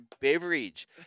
beverage